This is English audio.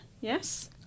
Yes